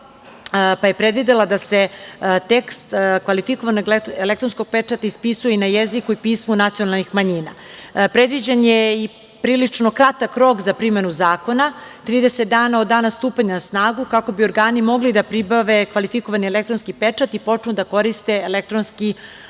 pa je predvidela da se tekst kvalifikovanog elektronskog pečata ispisuje i na jeziku i pismu nacionalnih manjina. Predviđen je i prilično kratak rok za primenu zakona, 30 dana od dana stupanja na snagu, kako bi organi mogli da pribave kvalifikovani elektronski pečat i počnu da koriste elektronski